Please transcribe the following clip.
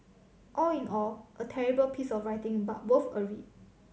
all in all a terrible piece of writing but worth a read